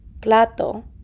plato